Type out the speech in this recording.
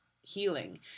healing